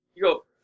go